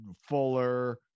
Fuller